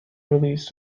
released